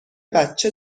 بچه